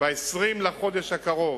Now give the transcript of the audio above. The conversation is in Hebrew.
ב-20 בחודש הקרוב,